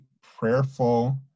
prayerful